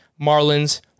Marlins